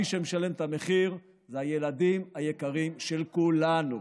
מי שמשלם את המחיר זה הילדים היקרים של כולנו.